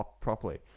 properly